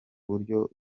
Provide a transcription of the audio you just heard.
buryo